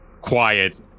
quiet